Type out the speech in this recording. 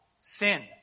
sin